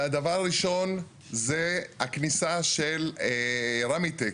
הדבר הראשון, זה הכניסה של רמיטק,